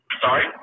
Sorry